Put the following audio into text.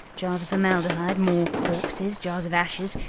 jars of formaldehyde. more corpses. jars of ashes.